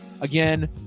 Again